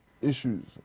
issues